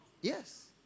Yes